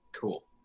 cool